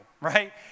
right